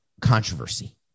controversy